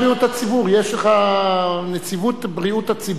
יש לך נציבות בריאות הציבור.